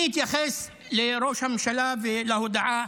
אני אתייחס לראש הממשלה ולהודעה